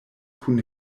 kun